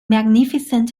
magnificent